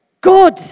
good